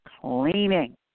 Cleaning